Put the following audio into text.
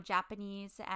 Japanese